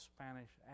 Spanish